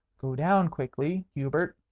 go down quickly, hubert,